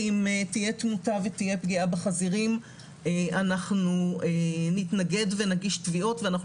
אם תהיה תמותה ותהיה פגיעה בחזירים הם יתנגדו ויגישו תביעות והם לא